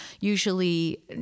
usually